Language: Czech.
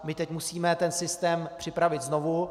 My teď musíme ten systém připravit znovu.